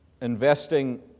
investing